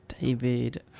David